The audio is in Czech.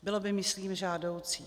Bylo by to myslím žádoucí.